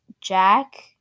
Jack